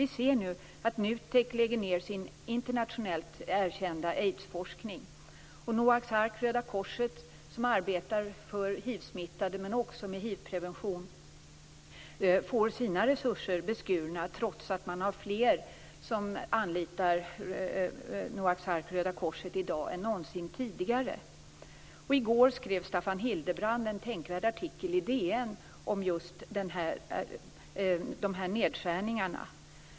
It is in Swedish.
Vi ser nu att NUTEK lägger ned sin internationellt erkända aidsforskning, och Noaks ark och Röda Korset, som arbetar för hivsmittade men också med hivprevention, får sina resurser beskurna trots att de i dag anlitas av fler än någonsin tidigare. I går skrev Staffan Hildebrand en tänkvärd artikel i DN om just dessa nedskärningar.